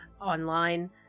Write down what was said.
online